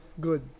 good